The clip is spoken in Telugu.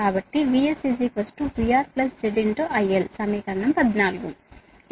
కాబట్టి VS VR Z IL సమీకరణం 14 సరేనా